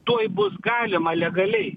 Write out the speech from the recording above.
tuoj bus galima legaliai